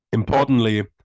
Importantly